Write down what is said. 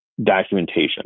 Documentation